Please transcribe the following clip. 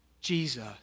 Jesus